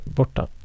borta